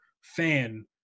fan